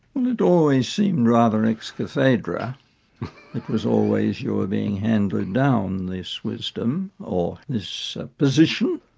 and it always seemed rather ex cathedra it was always you were being handed down this wisdom, or this position,